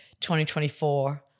2024